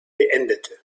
beendete